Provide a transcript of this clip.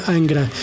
Angra